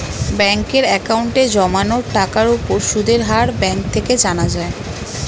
ব্যাঙ্কের অ্যাকাউন্টে জমানো টাকার উপর সুদের হার ব্যাঙ্ক থেকে জানা যায়